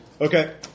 Okay